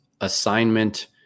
assignment